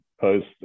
post